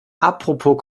apropos